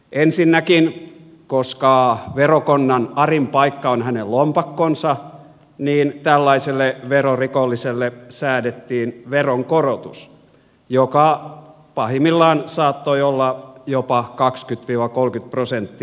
ensinnäkin koska verokonnan arin paikka on hänen lompakkonsa niin verorikolliselle säädettiin veronkorotus joka on pahimmillaan saattoi olla jopa kakskyt viivakoodiprosentti